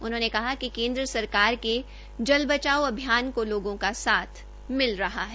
उन्होंने कहा कि केन्द्र सरकार के जल बचाओ अभियान को लोगों का साथ मिल रहा है